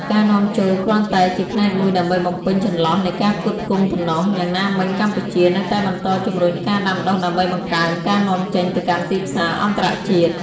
ការនាំចូលគ្រាន់តែជាផ្នែកមួយដើម្បីបំពេញចន្លោះនៃការផ្គត់ផ្គង់ប៉ុណ្ណោះ យ៉ាងណាមិញកម្ពុជានៅតែបន្តជំរុញការដាំដុះដើម្បីបង្កើនការនាំចេញទៅកាន់ទីផ្សារអន្តរជាតិ។